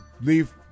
leave